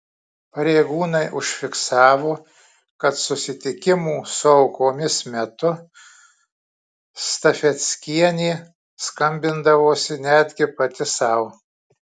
pareigūnai užfiksavo kad susitikimų su aukomis metu stafeckienė skambindavosi netgi pati sau